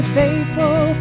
faithful